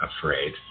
afraid